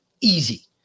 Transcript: Easy